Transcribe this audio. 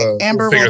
Amber